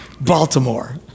Baltimore